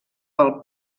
pel